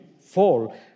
fall